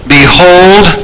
Behold